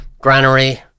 Granary